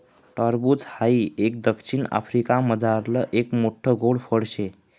टरबूज हाई एक दक्षिण आफ्रिकामझारलं एक मोठ्ठ गोड फळ शे